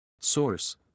Source